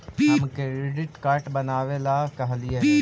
हम credit card बनावे ला कहलिऐ हे?